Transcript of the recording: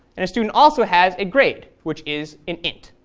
and a student also has a grade, which is an int.